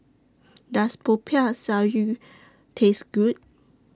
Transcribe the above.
Does Popiah Sayur Taste Good